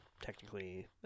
technically